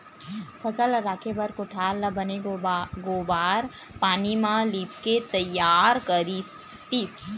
फसल ल राखे बर कोठार ल बने गोबार पानी म लिपके तइयार करतिस